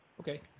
Okay